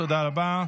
תודה רבה.